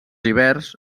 hiverns